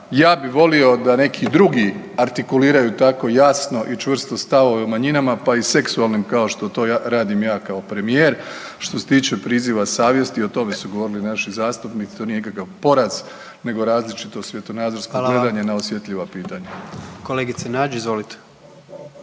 ja bih volio da neki drugi artikuliraju tako jasno i čvrsto stavove u manjinama, pa i seksualnim, kao što to radim ja kao premijer, što se tiče priziva savjesti, o tome su govorili naši zastupnici, to nije nikakav poraz nego različito svjetonazorsko gledanje .../Upadica: Hvala vam./... na osjetljiva